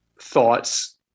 thoughts